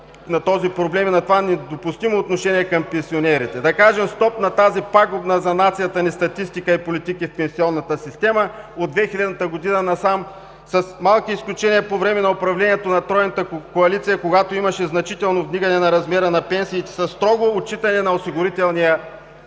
на този проблем и на това недопустимо отношение към пенсионерите, да кажем „стоп“ на тази пагубна за нацията ни статистика и политика в пенсионната система от 2000 г. насам, с малки изключения по време на управлението на тройната коалиция, когато имаше значително вдигане на размера на пенсиите, със строго отчитане на осигурителния